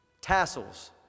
Tassels